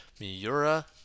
Miura